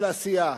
של עשייה.